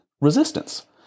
Resistance